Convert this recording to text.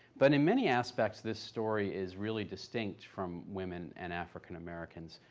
but in many aspects, this story is really distinct from women and african americans.